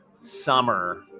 summer